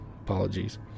Apologies